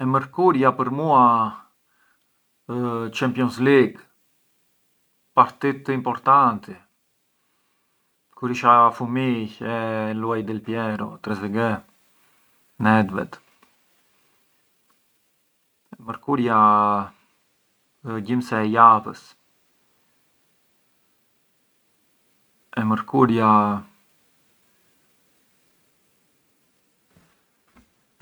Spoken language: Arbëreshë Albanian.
Ma më shumë më përqen të ble online na ka të thom të ftetën, përçë kur jam te një putillë, si shkon gjims ore e ancora ngë kam skartartur mosgjë më hipet l’ansia, më hipet u nervosismu e kam mbzonjë të danj e ja bun se vajta te një putillë, dolla dopu gjims ore e ngë bleva mosgjë e spëndova po qëro e fuqi e bencin possibilmenti, inveci ble di brënda e veç këpucët, këpucët ka i pruvarsh pran u restu mirë o lik mënd ble gjërgjish te internet.